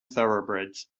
thoroughbreds